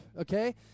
okay